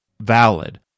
valid